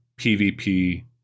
PvP